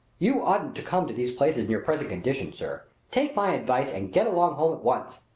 you oughtn't to come to these places in your present condition, sir. take my advice and get along home at once.